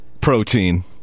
Protein